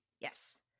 Yes